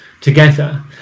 together